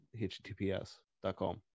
HTTPS.com